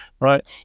right